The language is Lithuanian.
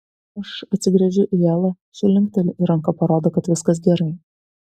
aš atsigręžiu į elą ši linkteli ir ranka parodo kad viskas gerai